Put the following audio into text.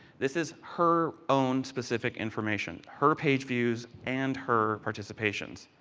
this is her own specific information. her page views and her participations.